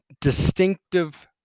distinctive